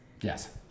Yes